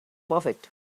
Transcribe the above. perfect